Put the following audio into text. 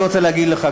אני רוצה להגיד לך,